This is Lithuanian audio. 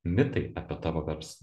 mitai apie tavo verslą